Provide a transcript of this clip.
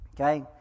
Okay